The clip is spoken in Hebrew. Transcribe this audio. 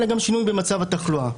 אלא גם שינוי במצב התחלואה.